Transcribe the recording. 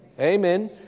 Amen